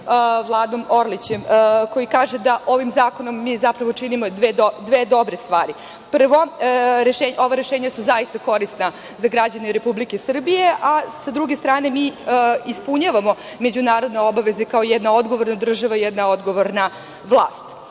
Vladom Orlićem koji kaže da ovim zakonom mi zapravo činimo dve dobre stvari. Prvo, ova rešenja su zaista korisna za građane Republike Srbije. Sa druge strane, mi ispunjavamo međunarodne obaveze kao jedne odgovorne države, jedna odgovorna vlast. Ovim